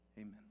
Amen